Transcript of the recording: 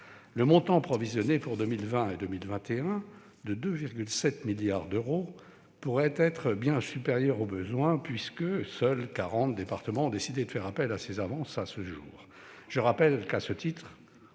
Le montant provisionné pour 2020 et 2021, de 2,7 milliards d'euros, pourrait être bien supérieur aux besoins. En effet, seuls quarante départements ont décidé de faire appel à ces avances à ce jour. Je rappelle que, sur